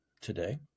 today